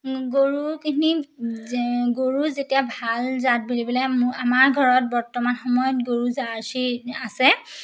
গৰুখিনি যে গৰু যেতিয়া ভাল জাত বুলিবলৈ আমাৰ ঘৰত বৰ্তমান সময়ত গৰু জাৰ্চি আছে